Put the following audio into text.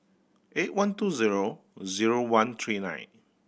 eight one two zero zero one three nine